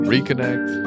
Reconnect